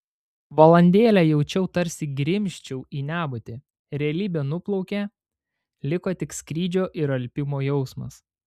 valandėlę jaučiau tarsi grimzčiau į nebūtį realybė nuplaukė liko tik skrydžio ir alpimo jausmas